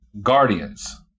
Guardians